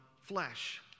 flesh